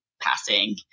passing